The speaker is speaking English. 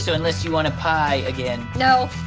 so unless you want a pie again no.